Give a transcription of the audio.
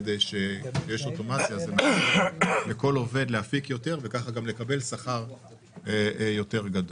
כדי שמכל עובד נוכל להפיק יותר וגם שהעובד יקבל שכר יותר גבוה.